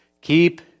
keep